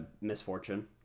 Misfortune